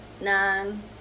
nine